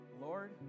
Lord